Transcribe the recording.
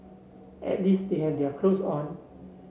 at least they have their clothes on